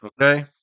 okay